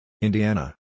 Indiana